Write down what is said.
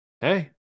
Hey